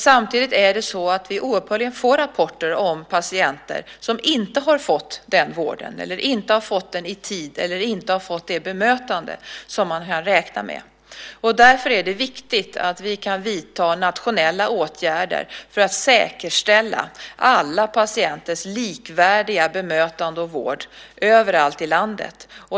Samtidigt får vi oupphörligen rapporter om patienter som inte har fått den vården, inte har fått vård i tid eller inte har fått det bemötande som man har räknat med. Därför är det viktigt att vi kan vidta nationella åtgärder för att säkerställa alla patienters likvärdiga bemötande och vård överallt i landet.